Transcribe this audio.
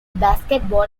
basketball